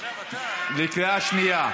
להצבעה בקריאה שנייה.